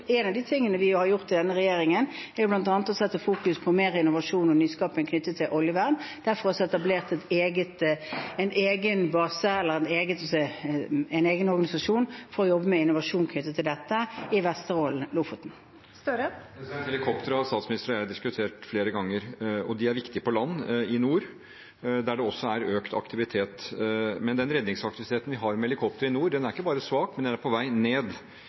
En av de tingene vi har gjort i denne regjeringen, er bl.a. å sette fokus på mer innovasjon og nyskaping i forbindelse med oljevern. Derfor er det etablert en egen base, en egen organisasjon som skal jobbe med innovasjon knyttet til dette i Lofoten og Vesterålen. Det åpnes for oppfølgingsspørsmål – først Jonas Gahr Støre. Helikopter har statsministeren og jeg diskutert flere ganger, og de er viktige på land i nord, der det også er økt aktivitet. Men den redningsaktiviteten vi har med helikopter i nord, er ikke bare svak, men den er på vei ned.